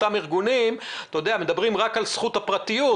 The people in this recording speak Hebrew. אותם ארגונים מדברים רק על זכות הפרטיות,